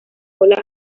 cola